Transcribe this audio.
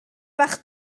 bach